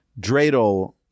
dreidel